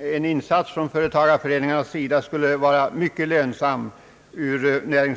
insats från företagareföreningarnas sida ur näringslivets synpunkt skulle vara mycket lönsam på detta område.